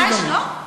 ואת "דאעש" לא?